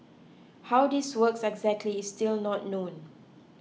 how this works exactly is still not known